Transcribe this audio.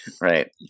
Right